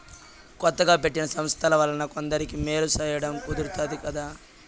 కొత్తగా పెట్టిన సంస్థల వలన కొందరికి మేలు సేయడం కుదురుతాది కదా